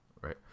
right